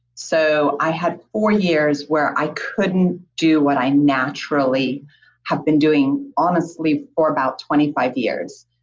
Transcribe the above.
so i had four years where i couldn't do what i naturally have been doing honestly for about twenty five years.